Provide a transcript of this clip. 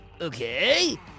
Okay